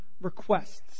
requests